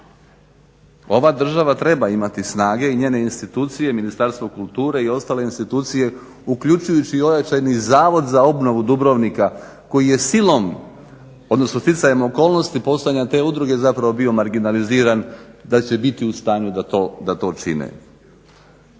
Ova država treba imati snage i njene institucije, Ministarstvo kulture i ostale institucije uključujući i ojačani Zavod za obnovu Dubrovnika koji je silom, odnosno sticajem okolnosti postojanjem te udruge zapravo bio marginaliziran da će biti u stanju da to čine.